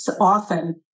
often